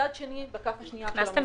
מצד שני בכף השנייה של המאזניים -- הכנסתם